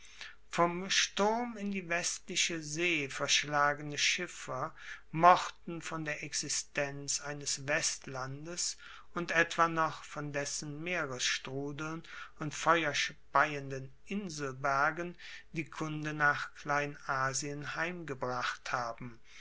vom sturm in die westliche see verschlagene schiffer mochten von der existenz eines westlandes und etwa noch von dessen meeresstrudeln und feuerspeienden inselbergen die kunde nach kleinasien heimgebracht haben